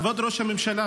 כבוד ראש הממשלה,